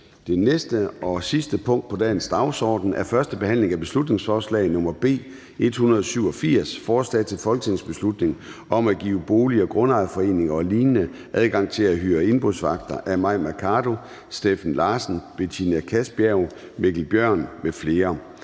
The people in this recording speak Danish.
Det sidste punkt på dagsordenen er: 3) 1. behandling af beslutningsforslag nr. B 187: Forslag til folketingsbeslutning om at give bolig- og grundejerforeninger og lign. adgang til at hyre indbrudsvagter. Af Mai Mercado (KF), Steffen Larsen (LA), Betina Kastbjerg (DD) og Mikkel Bjørn (DF) m.fl.